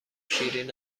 شیرین